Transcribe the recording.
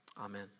amen